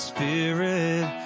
Spirit